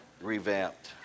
revamped